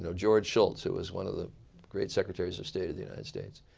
so george schultz, who was one of the great secretaries of state of the united states,